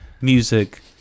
music